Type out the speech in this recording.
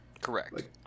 Correct